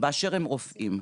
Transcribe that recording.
באשר הם רופאים,